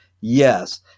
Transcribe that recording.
yes